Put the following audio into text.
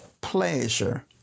pleasure